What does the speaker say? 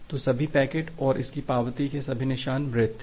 तो सभी पैकेट और इसकी पावती के सभी निशान मृत हैं